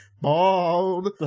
bald